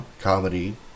comedy